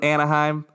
Anaheim